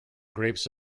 grapes